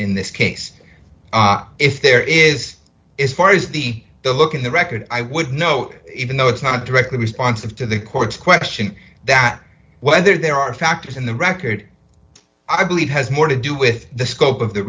in this case if there is is far as the look in the record i would note even though it's not directly responsive to the court's question that whether there are factors in the record i believe has more to do with the scope of the